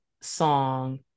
song